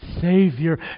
Savior